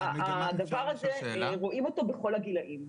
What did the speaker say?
את הדבר הזה רואים בכל הגילים.